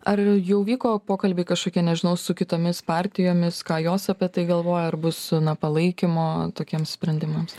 ar jau vyko pokalbiai kažkokie nežinau su kitomis partijomis ką jos apie tai galvoja ar bus na palaikymo tokiems sprendimams